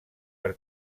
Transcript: per